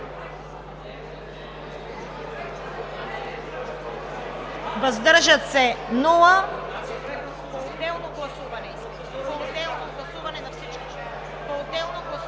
въздържал се 1.